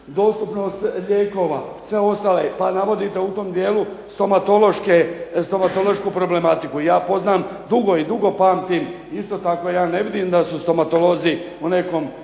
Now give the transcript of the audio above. dostupnost lijekova, sve ostalo, pa navodite u tom dijelu stomatološku problematiku. Ja poznam dugo i dugo pamtim isto tako ja ne vidim da su stomatolozi u nekom